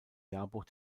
jahrbuch